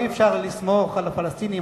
הרי אי-אפשר לסמוך על הפלסטינים,